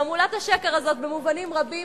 תעמולת השקר הזו במובנים רבים